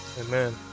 Amen